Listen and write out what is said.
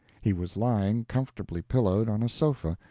he was lying, comfortably pillowed, on a sofa,